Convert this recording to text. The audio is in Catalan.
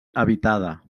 habitada